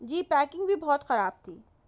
جی packing بھی بہت خراب تھی